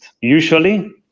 Usually